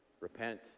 repent